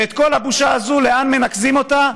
ואת כל הבושה הזאת, לאן מנקזים אותה?